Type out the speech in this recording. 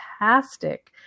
fantastic